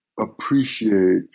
appreciate